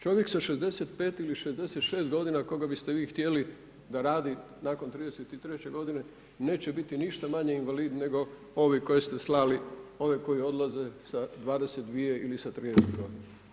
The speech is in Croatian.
Čovjek sa 65 ili 66 godina koga bi ste vi htjeli da radi nakon 33 godine neće biti ništa manje invalid nego ovi koje ste slali, ovi koji odlaze sa 22 ili 30 godina.